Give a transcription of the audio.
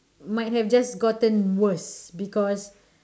might have just gotten worse because